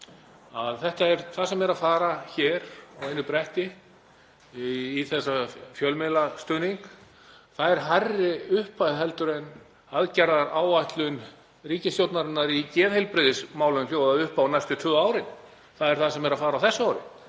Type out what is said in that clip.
að þetta er það sem er að fara á einu bretti í þennan fjölmiðlastuðning. Það er hærri upphæð heldur en aðgerðaáætlun ríkisstjórnarinnar í geðheilbrigðismálum hljóðar upp á næstu tvö árin. Það er það sem er að fara á þessu ári,